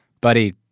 Buddy